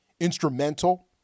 instrumental